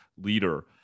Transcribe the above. leader